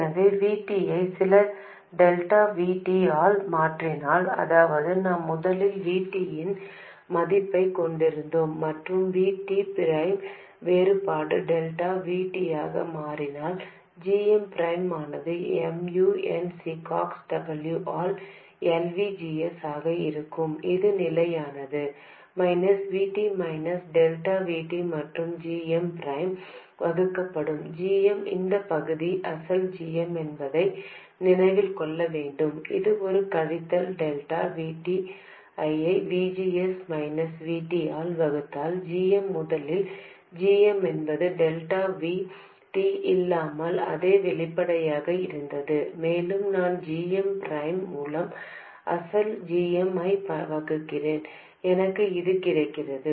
எனவே V T ஐ சில டெல்டா V T ஆல் மாற்றினால் அதாவது நாம் முதலில் V T இன் மதிப்பைக் கொண்டிருந்தோம் மற்றும் V T பிரைம் வேறுபாடு டெல்டா V T ஆக மாறினால் gm பிரைம் ஆனது mu n C ox W ஆல் L V G S ஆக இருக்கும் இது நிலையானது minus V T minus delta V T மற்றும் g m பிரைம் வகுக்கப்படும் gm இந்த பகுதி அசல் gm என்பதை நினைவில் கொள்ள வேண்டும் இது ஒரு கழித்தல் டெல்டா V T ஐ V G S minus V T ஆல் வகுத்தால் gm முதலில் gm என்பது டெல்டா V T இல்லாமல் அதே வெளிப்பாடாக இருந்தது மேலும் நான் gm பிரைம் மூலம் அசல் gm ஐப் வகுக்கிறேன் எனக்கு இது கிடைக்கிறது